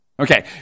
Okay